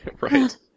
right